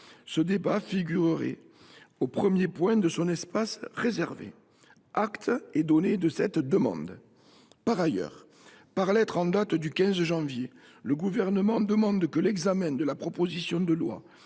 Ce débat figurerait au premier point de son espace réservé. Acte est donné de cette demande. Par ailleurs, par lettre en date du 15 janvier, le Gouvernement demande que l’examen de la proposition de loi